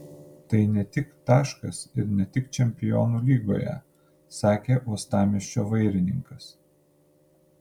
tai ne tik taškas ir ne tik čempionų lygoje sakė uostamiesčio vairininkas